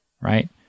Right